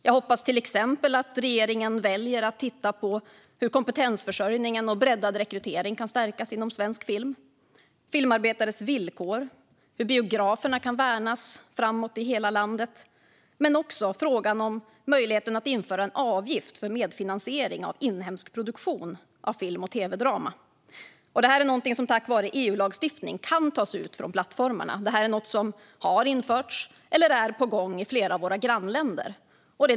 Jag hoppas till exempel att regeringen väljer att titta på hur kompetensförsörjningen och breddad rekrytering kan stärkas inom svensk film, på filmarbetares villkor, på hur biograferna kan värnas framöver i hela landet och på möjligheten att införa en avgift för medfinansiering av inhemsk produktion av film och tv-drama. Detta är någonting som tack vare EU-lagstiftning kan tas ut från plattformarna. Det är någonting som har införts eller är på gång i flera av Sveriges grannländer.